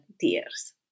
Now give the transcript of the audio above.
tears